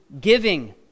giving